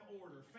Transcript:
order